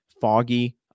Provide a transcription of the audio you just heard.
foggy